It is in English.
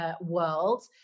world